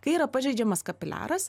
kai yra pažeidžiamas kapiliaras